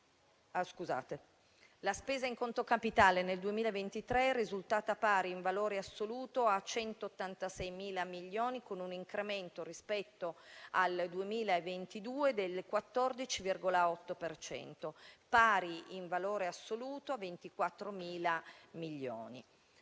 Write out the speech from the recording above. La spesa in conto capitale nel 2023 è risultata pari, in valore assoluto, a 186 miliardi, con un incremento rispetto al 2022 del 14,8 per cento, pari in valore assoluto a 24 miliardi.